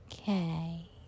Okay